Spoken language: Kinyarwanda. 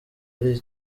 ari